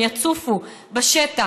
הן יצופו בשטח,